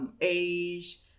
age